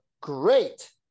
great